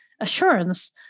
assurance